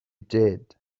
did